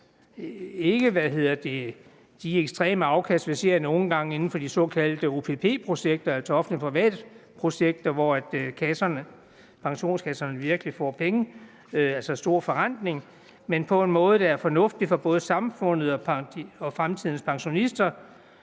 ikke de ekstreme afkast, vi ser nogle gange inden for de såkaldte OPP-projekter, altså offentligt-private projekter, hvor pensionskasserne virkelig får penge, altså en stor forrentning, men på en måde, der er fornuftig for både samfundet og fremtidens pensionister.